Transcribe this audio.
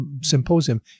symposium